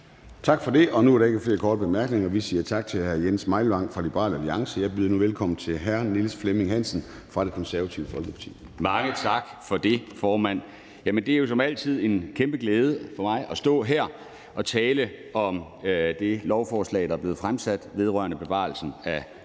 Tak for det, og nu er der ikke flere korte bemærkninger. Vi siger tak til hr. Jens Meilvang fra Liberal Alliance. Jeg byder nu velkommen til hr. Niels Flemming Hansen fra Det Konservative Folkeparti. Kl. 10:32 (Ordfører) Niels Flemming Hansen (KF): Mange tak for det, formand. Det er jo som altid en kæmpe glæde for mig at stå her og tale om det lovforslag, der er blevet fremsat, vedrørende bevarelsen af